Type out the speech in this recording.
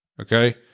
Okay